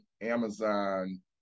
Amazon